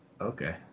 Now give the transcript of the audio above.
okay